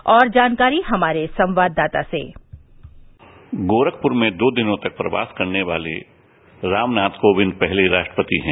और जानकारी हमारे संवाददाता से गोरखपुर में दो दिनों तक प्रवास करने वाले रामनाथ कोविंद पहले राष्ट्रपति हैं